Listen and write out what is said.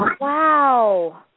Wow